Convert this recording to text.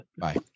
Bye